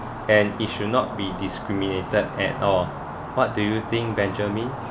and it should not be discriminated at all what do you think benjamin